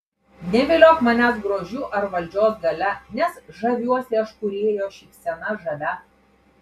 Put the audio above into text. neviliok manęs grožiu ar valdžios galia nes žaviuosi aš kūrėjo šypsena žavia